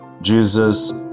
jesus